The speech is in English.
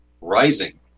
Rising